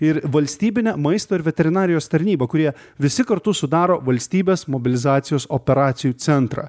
ir valstybinė maisto ir veterinarijos tarnyba kurie visi kartu sudaro valstybės mobilizacijos operacijų centrą